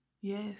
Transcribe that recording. yes